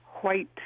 white